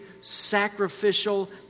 sacrificial